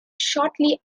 shortly